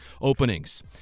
openings